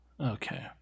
Okay